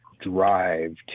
drive